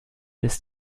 ist